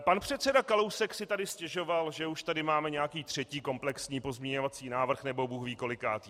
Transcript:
Pan předseda Kalousek si tady stěžoval, že už tady máme nějaký třetí komplexní pozměňovací návrh nebo bůhvíkolikátý.